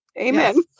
Amen